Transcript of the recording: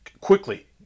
Quickly